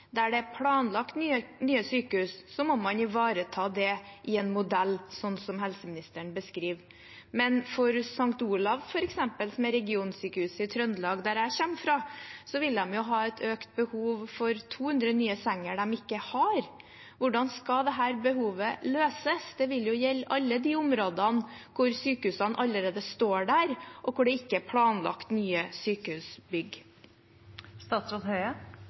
Der det er planlagt nye sykehus, må man ivareta det i en modell sånn som helseministeren beskriver, men f.eks. St. Olavs, som er regionsykehuset i Trøndelag, der jeg kommer fra, vil ha et økt behov for 200 nye senger de ikke har. Hvordan skal dette behovet løses? Det vil jo gjelde alle de områdene hvor sykehusene allerede står der, og hvor det ikke er planlagt nye